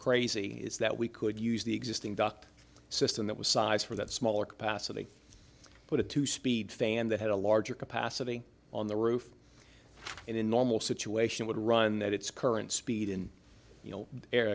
crazy is that we could use the existing duct system that was size for that smaller capacity put a two speed fan that had a larger capacity on the roof and in normal situation would run that it's current speed in you know